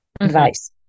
advice